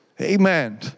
Amen